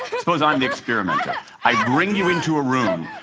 suppose i'm the experimenter. i bring you into a room.